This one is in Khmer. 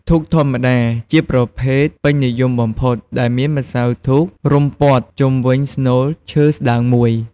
ធូបធម្មតា ជាប្រភេទពេញនិយមបំផុត ដែលមានម្សៅធូបរុំព័ទ្ធជុំវិញស្នូលឈើស្តើងមួយ។